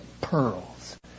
pearls